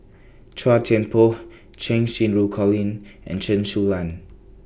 Chua Thian Poh Cheng Xinru Colin and Chen Su Lan